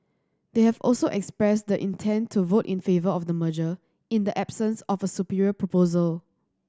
they have also expressed the intent to vote in favour of the merger in the absence of a superior proposal